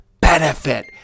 benefit